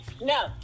no